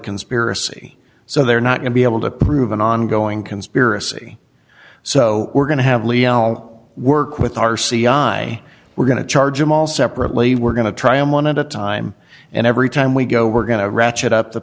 conspiracy so they're not going to be able to prove an ongoing conspiracy so we're going to have work with r c i we're going to charge him all separately we're going to try him one at a time and every time we go we're going to ratchet up the